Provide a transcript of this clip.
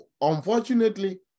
Unfortunately